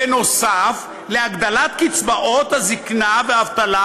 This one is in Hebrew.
בנוסף להגדלת קצבאות הזיקנה והאבטלה,